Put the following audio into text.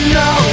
no